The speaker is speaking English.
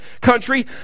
country